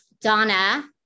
Donna